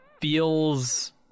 feels